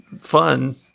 fun